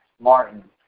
Martin